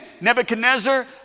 Nebuchadnezzar